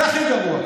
זה הכי גרוע.